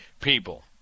people